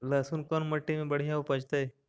लहसुन कोन मट्टी मे बढ़िया उपजतै?